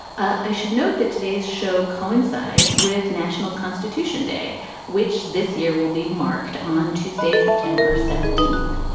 i should note that today's show coincides with national constitution day which this year will be marked on tuesday september seventeenth.